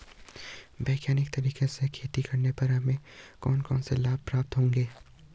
वैज्ञानिक तरीके से खेती करने पर हमें कौन कौन से लाभ प्राप्त होंगे?